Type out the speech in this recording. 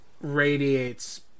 radiates